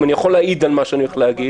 אם אני יכול להעיד על מה שאני הולך להגיד,